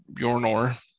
Bjornor